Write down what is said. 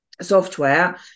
software